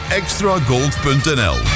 extragold.nl